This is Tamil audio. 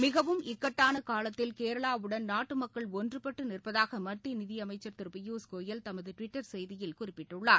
மிகவும் இக்கட்டான காலத்தில் கேரளாவுடன் நாட்டு மக்கள் ஒன்றுப்பட்டு நிற்பதாக மத்திய நிதியமைச்சர் திரு பியூஷ் கோயல் தமது டுவிட்டர் செய்தியில் குறிப்பிட்டுள்ளார்